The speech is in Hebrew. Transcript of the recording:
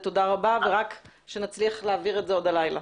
ורק שנצליח להעביר את זה עוד הלילה.